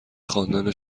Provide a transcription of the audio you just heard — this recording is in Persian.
خواندن